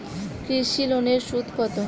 কৃষি লোনের সুদ কত?